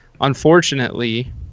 unfortunately